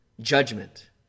judgment